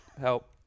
help